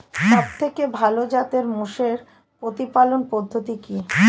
সবথেকে ভালো জাতের মোষের প্রতিপালন পদ্ধতি কি?